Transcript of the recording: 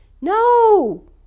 No